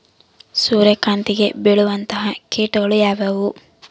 ಸೂರ್ಯಕಾಂತಿಗೆ ಬೇಳುವಂತಹ ಕೇಟಗಳು ಯಾವ್ಯಾವು?